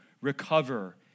recover